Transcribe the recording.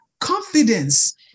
confidence